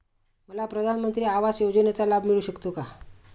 मला प्रधानमंत्री आवास योजनेचा लाभ मिळू शकतो का?